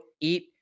eat